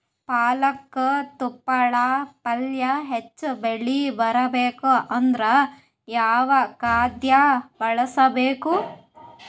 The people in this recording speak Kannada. ಪಾಲಕ ತೊಪಲ ಪಲ್ಯ ಹೆಚ್ಚ ಬೆಳಿ ಬರಬೇಕು ಅಂದರ ಯಾವ ಖಾದ್ಯ ಬಳಸಬೇಕು?